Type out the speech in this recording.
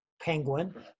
penguin